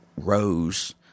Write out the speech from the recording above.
rose